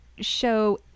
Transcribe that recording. show